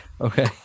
Okay